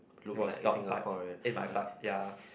was stopped by in my flight ya